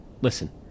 Listen